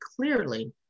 clearly